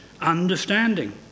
understanding